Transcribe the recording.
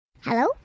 Hello